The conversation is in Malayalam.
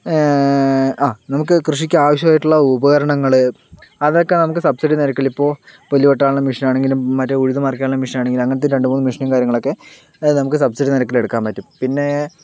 ആ നമുക്ക് കൃഷിക്കാവശ്യായിട്ടുള്ള ഉപകരണങ്ങള് അതൊക്കെ നമുക്ക് സബ്സിഡി നിരക്കിലിപ്പോൾ പുല്ല് വെട്ടാനുള്ള മെഷീനാണെങ്കിലും മറ്റ് ഉഴുത് മറിക്കാനുള്ള മെഷീനാണെങ്കിലും അങ്ങനത്തെ രണ്ട് മൂന്ന് മെഷീനും കാര്യങ്ങളൊക്കെ നമുക്ക് സബ്സിഡി നിരക്കിലെടുക്കാൻ പറ്റും പിന്നെ